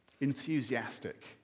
enthusiastic